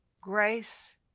grace